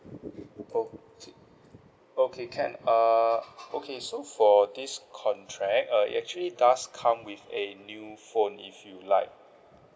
oh okay can err okay so for this contract uh it actually does come with a new phone if you like